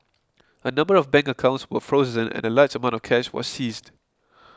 a number of bank accounts were frozen and a large amount of cash was seized